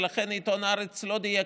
ולכן עיתון הארץ לא דייק.